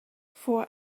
for